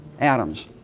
atoms